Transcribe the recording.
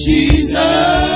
Jesus